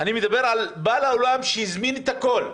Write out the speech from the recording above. מדבר על בעל האולם שהזמין את הכול,